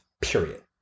period